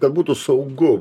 kad būtų saugu